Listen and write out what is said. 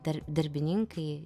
dar darbininkai